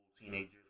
teenagers